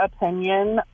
opinion